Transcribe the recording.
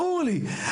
ברור לי.